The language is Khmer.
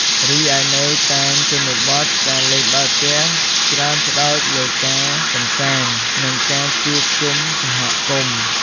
រីឯនៅតាមជនបទ ការលេងបាល់ទះច្រើនផ្ដោតលើការកម្សាន្ត និងការជួបជុំសហគមន៍។